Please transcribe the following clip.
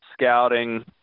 scouting